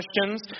questions